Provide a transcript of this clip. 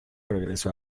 regresó